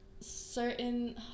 Certain